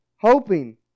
Hoping